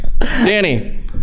Danny